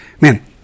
Man